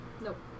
Nope